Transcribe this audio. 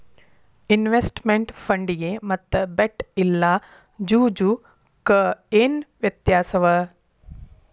Investment ಫಂಡಿಗೆ ಮತ್ತ bet ಇಲ್ಲಾ ಜೂಜು ಕ ಏನ್ ವ್ಯತ್ಯಾಸವ?